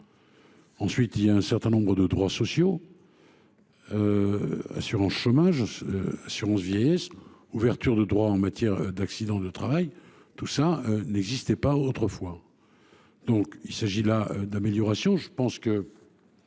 le détenu a un certain nombre de droits sociaux : assurance chômage, assurance vieillesse, ouverture de droits en matière d'accident de travail, etc. Tout cela n'existait pas autrefois. Il s'agit donc là d'améliorations. Je pense que